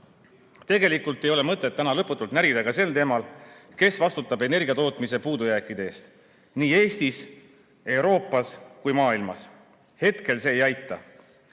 Tegelikult ei ole mõtet täna lõputult närida ka sel teemal, kes vastutab energiatootmise puudujääkide eest nii Eestis, Euroopas kui ka maailmas. Hetkel see ei aita.